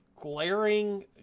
glaring